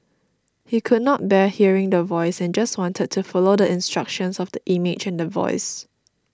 he could not bear hearing the Voice and just wanted to follow the instructions of the image and the voice